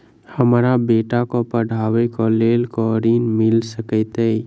हमरा बेटा केँ पढ़ाबै केँ लेल केँ ऋण मिल सकैत अई?